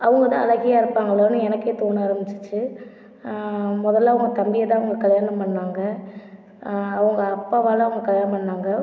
அவங்க தான் அழகியா இருப்பாங்களோன்னு எனக்கே தோன ஆரம்மிச்சிடுச்சு முதல்ல அவங்க தம்பியை தான் அவங்க கல்யாணம் பண்ணாங்கள் அவங்க அப்பாவால் அவங்க கல்யாணம் பண்ணாங்கள்